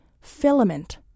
filament